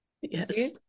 yes